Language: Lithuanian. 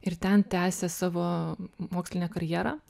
ir ten tęsė savo mokslinę karjerą